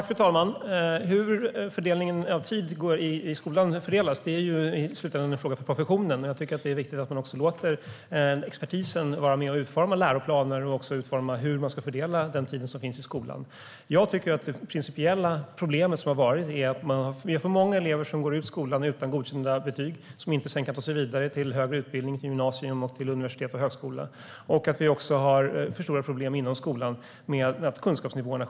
Fru talman! Hur tiden i skolan ska fördelas är i slutänden en fråga för professionen. Det är viktigt att expertisen får vara med och utforma läroplaner och hur tiden i skolan ska fördelas. Det principiella problemet är att för många elever går ut skolan utan godkända betyg. De kan sedan inte ta sig vidare till högre utbildning - gymnasium, universitet eller högskola. Vi har också stora problem med sjunkande kunskapsnivåer.